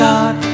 God